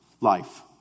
life